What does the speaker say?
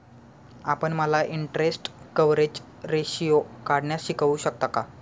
आपण मला interest coverage ratio काढण्यास शिकवू शकता का?